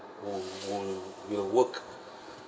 will will will work